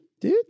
Dude